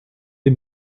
les